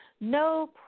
no